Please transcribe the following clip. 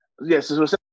Yes